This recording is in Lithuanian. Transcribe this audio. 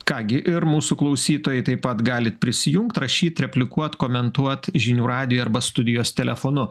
ką gi ir mūsų klausytojai taip pat galit prisijungt rašyt replikuot komentuot žinių radijo arba studijos telefonu